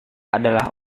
adalah